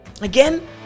Again